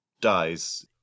dies